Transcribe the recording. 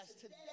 Today